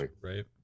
right